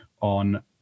on